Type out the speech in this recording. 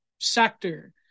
sector